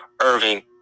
Irving